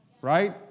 Right